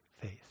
faith